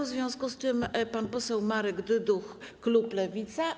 W związku z tym pan poseł Marek Dyduch, klub Lewica.